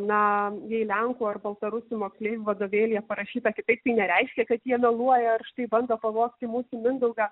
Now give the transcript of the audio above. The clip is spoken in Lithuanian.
na jei lenkų ar baltarusių moksleivių vadovėlyje parašyta kitaip tai nereiškia kad jie meluoja ar štai bando pavogti mūsų mindaugą